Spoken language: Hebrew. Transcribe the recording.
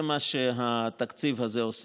זה מה שהתקציב הזה עושה.